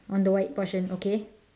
on the white portion okay